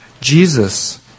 Jesus